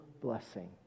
blessing